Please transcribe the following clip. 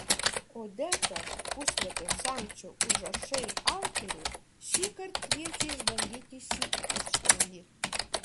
odeta puslapio samčio užrašai autorė šįkart kviečia išbandyti šį užkandį